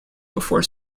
before